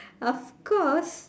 of course